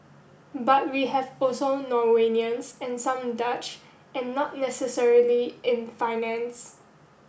but we have also Norwegians and some Dutch and not necessarily in finance